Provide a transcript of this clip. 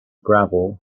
gravel